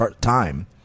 time